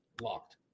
locked